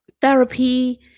therapy